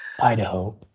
Idaho